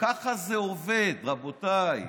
ככה זה עובד, רבותיי.